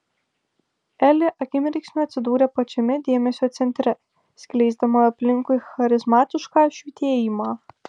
elė akimirksniu atsidūrė pačiame dėmesio centre skleisdama aplinkui charizmatišką švytėjimą